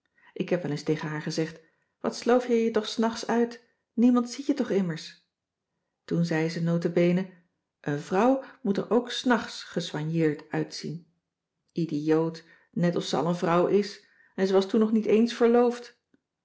ik heb wel eens tegen haar gezegd wat sloof jij je toch s nachts uit niemand ziet je toch immers toen zei ze nota bene een vrouw moet er ook s nachts gesoigneerd uitzien idioot net of zij al een vrouw is en ze was toen nog niet eens verloofd